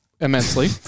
immensely